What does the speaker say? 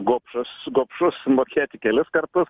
gobšas gobšus mokėti kelis kartus